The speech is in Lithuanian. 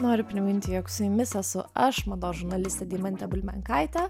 noriu priminti jog su jumis esu aš mados žurnalistė deimantė bulbenkaitė